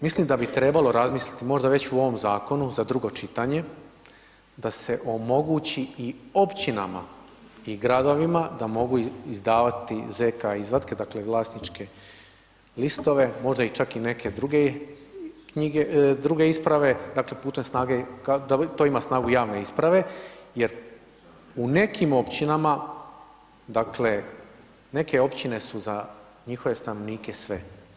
Mislim da bi trebalo razmisliti možda već u ovom zakonu, za drugo čitanje, da se omogući i općinama i gradovima, da mogu izdavati ZK izvatke, dakle, vlasničke isprave, možda čak i neke druge isprave, dakle, putem snage, da to ima snagu javne isprave, jer u nekim općinama, dakle, neke općine su za njihove stanovnike sve.